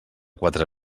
quatre